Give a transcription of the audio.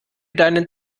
deinen